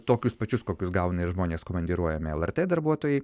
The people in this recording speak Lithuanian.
tokius pačius kokius gauna ir žmonės komandiruojami lrt darbuotojai